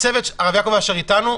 הרב יעקב אשר איתנו?